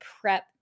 prep